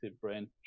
brain